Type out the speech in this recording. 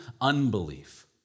unbelief